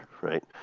right